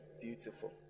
beautiful